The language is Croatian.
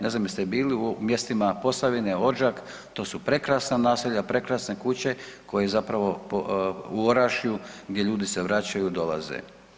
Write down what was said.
Ne znam jeste bili u mjestima Posavine, Odžak, to su prekrasna naselja, prekrasne kuće koje zapravo u Orašju gdje ljudi se vraćaju, dolaze.